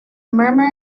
murmur